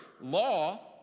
law